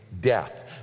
death